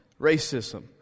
racism